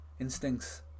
instincts